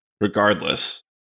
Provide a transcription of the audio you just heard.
regardless